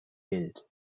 geld